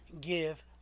give